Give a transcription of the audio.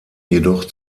jedoch